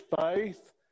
faith